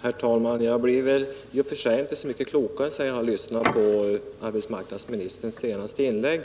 Herr talman! Jag blev i och för sig inte så mycket klokare sedan jag lyssnat på arbetsmarknadsministerns senaste inlägg.